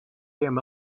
him